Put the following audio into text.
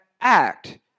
act